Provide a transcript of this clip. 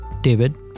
David